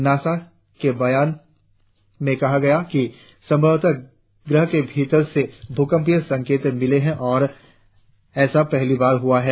NASA के एक बयान में कहा कि सभवतः ग्रह के भीतर से भूकंपीय संकेत मिले है और ऐसा पहली बार हुआ है